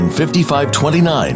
5529